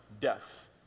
death